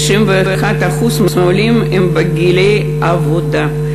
61% מהעולים הם בגילי העבודה,